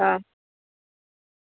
હા